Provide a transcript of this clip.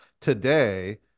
today